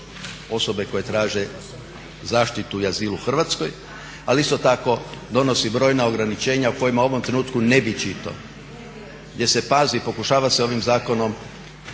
osobe koje traže zaštitu i azil u Hrvatskoj, ali isto tako donosi brojna ograničenja o kojima u ovom trenutku ne bi čitao. Gdje se pazi, pokušava se ovim zakonom